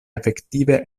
efektive